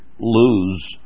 lose